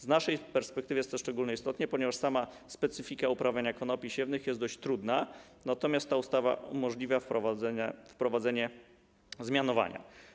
Z naszej perspektywy jest to szczególnie istotne, ponieważ sama specyfika uprawiania konopi siewnych jest dość trudna, natomiast ta ustawa umożliwia wprowadzenie zmianowania.